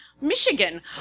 Michigan